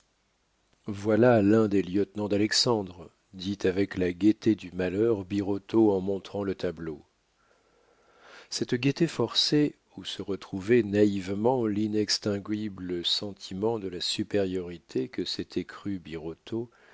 voilà l'un des lieutenants d'alexandre dit avec la gaieté du malheur birotteau en montrant le tableau cette gaieté forcée où se retrouvait naïvement l'inextinguible sentiment de la supériorité que s'était crue